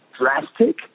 drastic